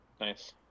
nice